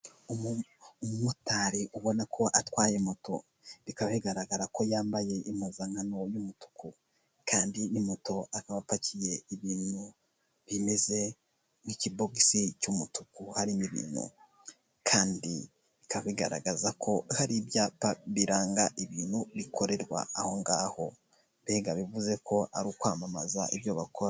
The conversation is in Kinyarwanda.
Umumotari ubona ko atwaye moto; bikaba bigaragara ko yambaye impuzankano y'umutuku kandi ni moto, akaba apakiye ibintu bimeze nk'ikibogisi cy'umutuku harimo ibintu kandi bikaba bigaragaza ko hari ibyapa biranga ibintu bikorerwa aho ngaho. Mbega bivuze ko ari ukwamamaza ibyo bakora.